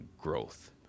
growth